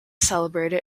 celebrated